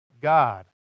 God